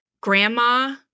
grandma